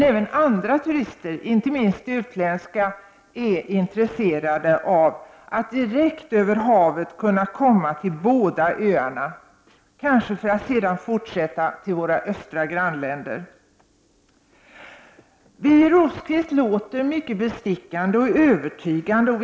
Även andra turister, inte minst utländska, är intresserade av att direkt över havet kunna komma till båda öarna, kanske för att sedan fortsätta till våra östra grannländer. Vi har ju fört denna debatt i många år.